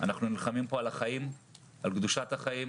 אנחנו נלחמים פה על החיים, על קדושת החיים.